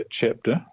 chapter